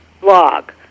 blog